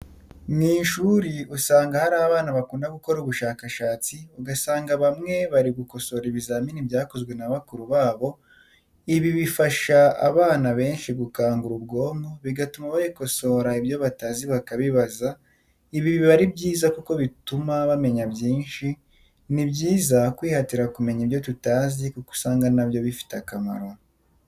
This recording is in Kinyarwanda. Mu ishuri usanga hari abana bakunda gukora ubushakashatsi ugasanga bamwe bari gukosora ibizamini byakozwe n'abakuru babo, ibi bifasha abana benshi gukangura ubwonko bigatuma babikosora ibyo batazi bakabibaza, ibi biba ari byiza kuko bituma bamenya byinshi, ni byiza twihatira kumenya ibyo tutazi kuko usanga na byo bifite akamaro.